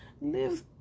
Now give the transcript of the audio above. Live